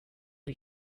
you